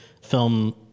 film